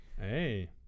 Hey